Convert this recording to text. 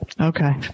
Okay